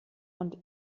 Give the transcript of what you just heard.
und